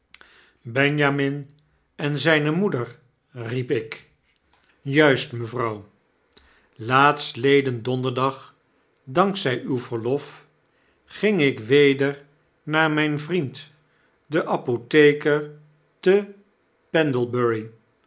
benjamin en zijne moeder riep ik juist mevrouw laatstleden donderdag dank zy uw verlof ging ik weder naar myn vriend den apotheker te